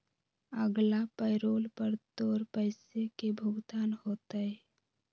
अगला पैरोल पर तोर पैसे के भुगतान होतय